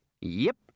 Yep